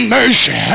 mercy